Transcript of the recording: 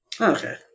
okay